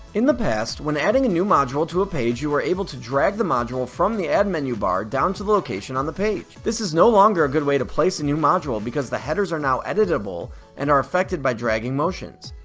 in the past, when adding a new module to a page you were able to drag the module from the add menu bar down to the location on the page. this is no longer a good way to place a new module because the headers are now editable and are affected by dragging motions.